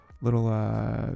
little